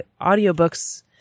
audiobooks